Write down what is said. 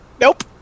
Nope